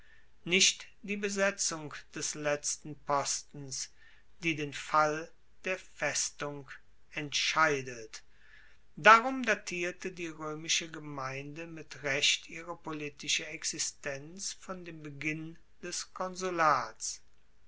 nicht die besetzung des letzten postens die den fall der festung entscheidet darum datierte die roemische gemeinde mit recht ihre politische existenz von dem beginn des konsulats